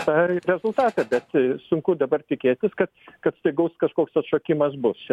tą ir rezultatą bet sunku dabar tikėtis kad kad staigus kažkoks atšokimas bus čia